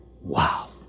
Wow